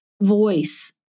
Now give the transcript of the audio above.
voice